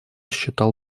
считал